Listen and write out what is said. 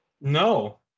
No